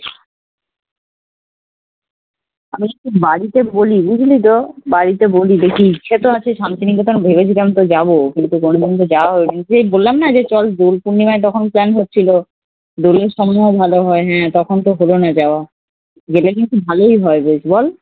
আমি একটু বাড়িতে বলি বুঝলি তো বাড়িতে বলি দেখি ইচ্ছা তো আছে শান্তিনিকেতন ভেবেছিলাম তো যাবো কিন্তু কোনো দিন তো যাওয়া হয় নি সেই বললাম যে চল দোল পূর্ণিমায় তখন প্ল্যান হচ্ছিলো দোলের সময়ও ভালো হয় হ্যাঁ তখন তো হলো না যাওয়া গেলে কিন্তু ভালোই হয় বেশ বল